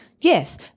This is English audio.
Yes